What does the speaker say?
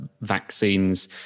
vaccines